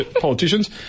politicians